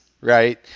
right